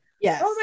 yes